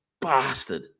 bastard